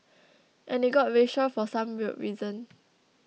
and it got racial for some weird reason